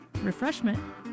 refreshment